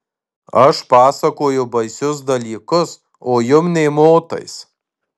aš pasakoju baisius dalykus o jum nė motais